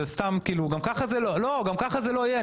זה סתם כאילו, לא, גם ככה זה לא יהיה.